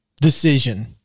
decision